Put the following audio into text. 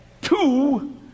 two